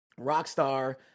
Rockstar